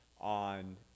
on